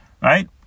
right